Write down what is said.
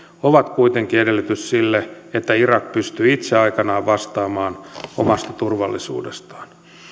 ovat kuitenkin edellytys sille että irak pystyy itse aikanaan vastaamaan omasta turvallisuudestaan